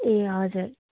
ए हजुर